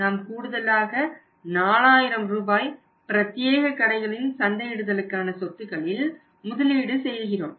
நாம் கூடுதலாக 4000 ரூபாய் பிரத்தியேக கடைகளின் சந்தையிடுதலுக்கான சொத்துக்களில் முதலீடு செய்கிறோம்